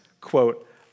quote